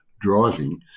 driving